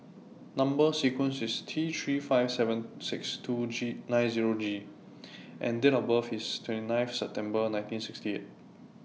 Number sequence IS T three five seven six two G nine Zero G and Date of birth IS twenty nine of September nineteen sixty